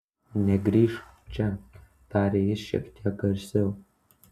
negrįžk čia tarė ji šiek tiek garsiau